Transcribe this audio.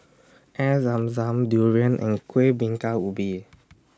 Air Zam Zam Durian and Kueh Bingka Ubi